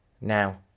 now